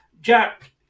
Jack